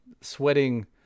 sweating